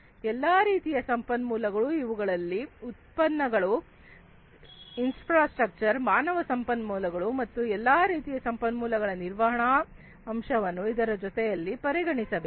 ಎಲ್ಲಾ ರೀತಿಯ ಸಂಪನ್ಮೂಲಗಳು ಇವುಗಳಲ್ಲಿ ಉತ್ಪನ್ನಗಳು ಇನ್ಫ್ರಾಸ್ಟ್ರಕ್ಚರ್ ಮಾನವ ಸಂಪನ್ಮೂಲಗಳು ಮತ್ತು ಎಲ್ಲಾ ರೀತಿಯ ಸಂಪನ್ಮೂಲಗಳ ನಿರ್ವಹಣಾ ಅಂಶವನ್ನು ಇದರ ಜೊತೆಯಲ್ಲಿ ಪರಿಗಣಿಸಬೇಕು